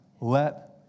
Let